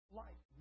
life